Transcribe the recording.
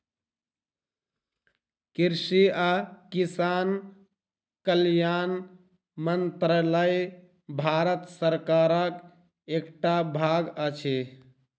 कृषि आ किसान कल्याण मंत्रालय भारत सरकारक एकटा भाग अछि